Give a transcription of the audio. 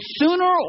sooner